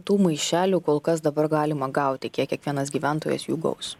tų maišelių kol kas dabar galima gauti kiek kiekvienas gyventojas jų gaus